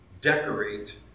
decorate